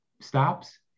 stops